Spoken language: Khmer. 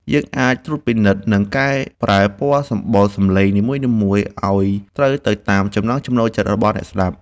យើងអាចត្រួតពិនិត្យ និង កែប្រែពណ៌សម្បុរសំឡេងនីមួយៗឱ្យត្រូវទៅតាមចំណង់ចំណូលចិត្តរបស់អ្នកស្ដាប់។